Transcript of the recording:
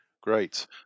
Great